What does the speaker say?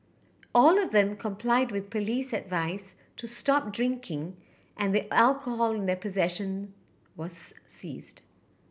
all of them complied with police advice to stop drinking and the alcohol in their possession was seized